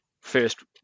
first